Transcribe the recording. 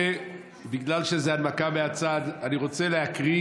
בגלל שזה הנמקה מהצד, אני רוצה לקרוא